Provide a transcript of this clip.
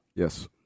Yes